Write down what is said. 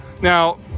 Now